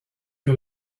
que